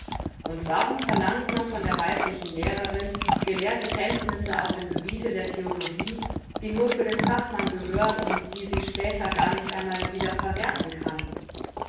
und warum verlangt man von der weiblichen lehrerin gelehrte kenntnisse auf dem gebiete der theologie die nur für den fachmann gehören und die sie später gar nicht einmal wieder verwerthen kann